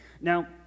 Now